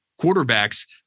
quarterbacks